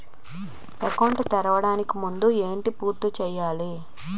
Account తెరవడానికి ముందు ఏంటి పూర్తి చేయాలి?